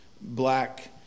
black